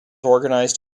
organized